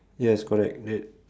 yes correct that